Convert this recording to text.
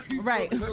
right